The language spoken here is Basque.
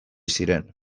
ziren